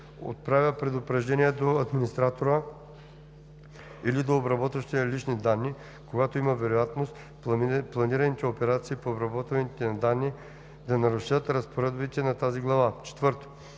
отправя предупреждения до администратора или до обработващия лични данни, когато има вероятност планираните операции по обработване на данни да нарушат разпоредбите на тази глава; 4.